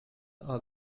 are